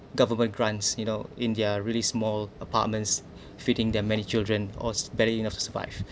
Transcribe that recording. government grants you know in their really small apartments fitting their many children all barely enough to survive